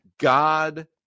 God